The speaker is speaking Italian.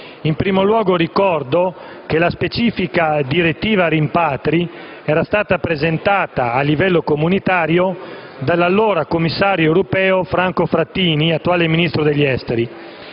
In primo luogo, ricordo che la specifica direttiva rimpatri era stata presentata a livello comunitario dall'allora commissario europeo Franco Frattini, attuale Ministro degli affari